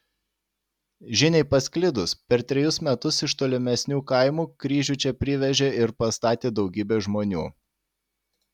žiniai pasklidus per trejus metus iš tolimesnių kaimų kryžių čia privežė ir pastatė daugybė žmonių